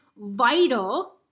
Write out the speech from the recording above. vital